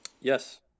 Yes